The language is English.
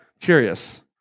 Curious